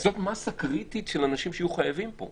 זאת מאסה קריטית של אנשים שיהיו חייבים פה,